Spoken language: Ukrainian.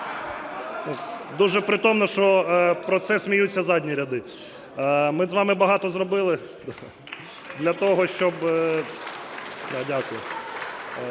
Дуже притомно, що про це сміються задні ряди. Ми з вами багато зробили для того, щоб… Так, дякую.